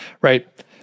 right